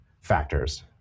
factors